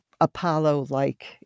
Apollo-like